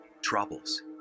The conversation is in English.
troubles